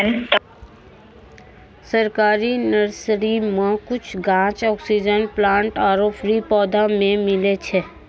सरकारी नर्सरी मॅ कुछ गाछ, ऑक्सीजन प्लांट आरो फ्री पौधा भी मिलै छै